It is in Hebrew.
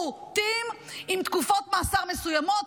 שפוטים עם תקופת מאסר מסוימות,